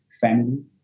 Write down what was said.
family